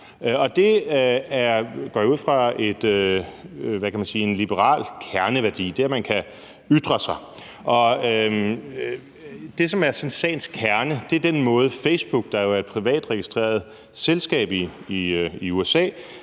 jeg ud fra, en liberal kerneværdi. Det, som sådan er sagens kerne, er den måde, Facebook, der jo er et privat registreret selskab i USA,